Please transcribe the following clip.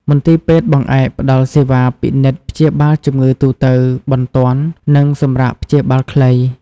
មន្ទីរពេទ្យបង្អែកផ្តល់សេវាពិនិត្យព្យាបាលជំងឺទូទៅ បន្ទាន់ និងសម្រាកព្យាបាលខ្លី។